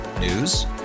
News